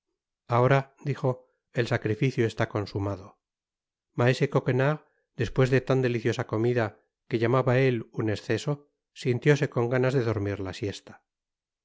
ahora dijo el sacrificio está consumado maese coquenard despues de tan deliciosa comida que llamaba él un esceso sintióse con ganas de dormir la siesta